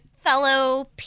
fellow